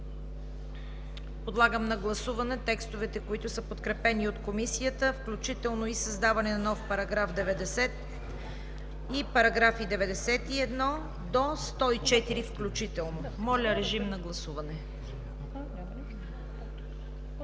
Подлагам на гласуване текстовете, които са подкрепени от комисията, включително и създаване на нов § 90 и параграфи от 91 до 104 включително. Режим на гласуване.